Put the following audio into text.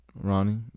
Ronnie